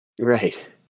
Right